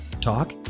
talk